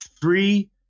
three